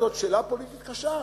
זאת שאלה פוליטית קשה: